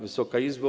Wysoka Izbo!